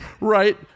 right